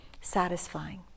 satisfying